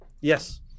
yes